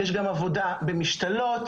יש גם עבודה במשתלות,